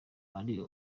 ari